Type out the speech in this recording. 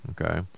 okay